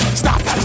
stop